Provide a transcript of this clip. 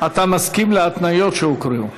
אתה מסכים להתניות שהוקראו.